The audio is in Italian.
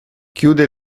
chiude